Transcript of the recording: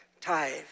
tithe